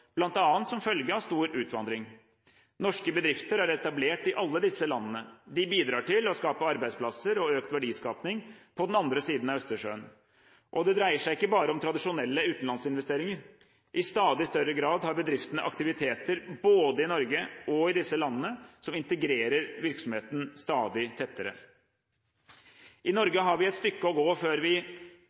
som følge av stor utvandring. Norske bedrifter er etablert i alle disse landene. De bidrar til å skape arbeidsplasser og økt verdiskaping på den andre siden av Østersjøen. Og det dreier seg ikke bare om tradisjonelle utenlandsinvesteringer; i stadig større grad har bedriftene aktiviteter både i Norge og i disse landene som integrerer virksomheten stadig tettere. I Norge har vi et stykke å gå før vi